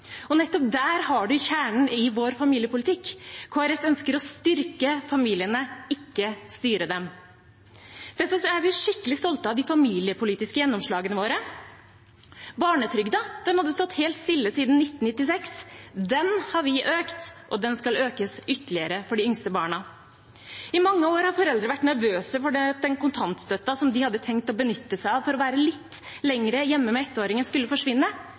trenger. Nettopp der har du kjernen i vår familiepolitikk. Kristelig Folkeparti ønsker å styrke familiene, ikke styre dem. Derfor er vi skikkelig stolte av de familiepolitiske gjennomslagene våre. Barnetrygden har stått helt stille siden 1996. Den har vi økt, og den skal økes ytterligere for de yngste barna. I mange år har foreldre vært nervøse for at den kontantstøtten som de hadde tenkt å benytte seg av for å være litt lenger hjemme med ettåringen, skulle forsvinne.